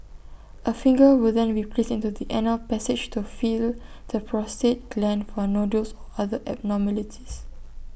A finger will then be placed into the anal passage to feel the prostate gland for nodules or other abnormalities